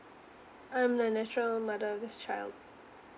I'm the natural mother of this child